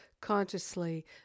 consciously